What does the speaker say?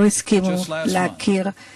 שאתם יודעים היטב,